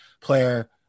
player